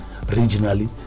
regionally